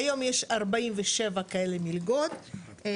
כיום יש 47 כאלה מלגות,